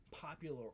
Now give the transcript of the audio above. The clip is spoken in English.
popular